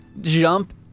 jump